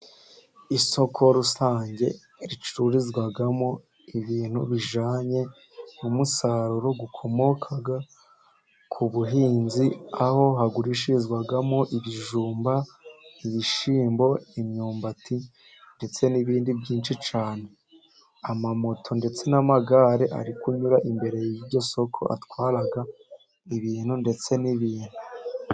Isoko rusange ricururizwamo ibintu bijyananye n'umusaruro ukomoka ku buhinzi aho hagurishirizwamo ibijumba, ibishyimbo, imyumbati, ndetse n'ibindi byinshi cyane. Ama moto ndetse n'amagare ari kunyura imbere y'iryo soko atwara abantu ndetse n'ibintu.